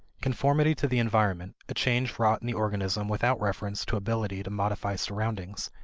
conformity to the environment, a change wrought in the organism without reference to ability to modify surroundings,